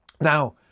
Now